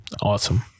Awesome